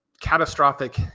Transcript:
catastrophic